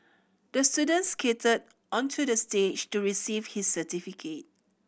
the student skated onto the stage to receive his certificate